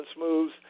moves